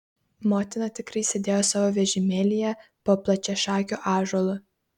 motina tikrai sėdėjo savo vežimėlyje po plačiašakiu ąžuolu